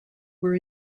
were